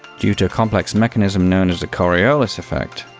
due to a complex mechanism known as the coriolis effect,